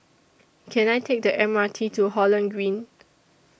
Can I Take The M R T to Holland Green